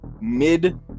mid-